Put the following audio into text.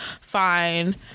fine